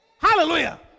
Hallelujah